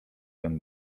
ten